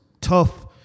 tough